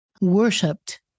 worshipped